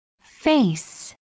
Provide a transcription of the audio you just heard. Face